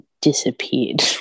disappeared